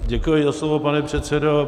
Děkuji za slovo, pane předsedo.